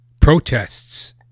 protests